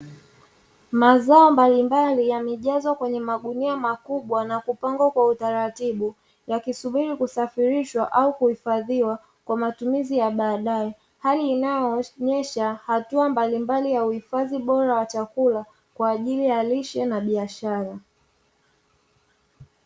Mazao mbalimbali yamejazwa kwenye magunia makubwa, na kupangwa kwa utaratibu, yakisubiri kusafirishwa au kuhifadhiwa, kwa matumizi ya baadaye. Hali inayoonyesha hatua mbalimbali ya uhifadhi bora wa chakula, kwa ajili ya lishe na biashara.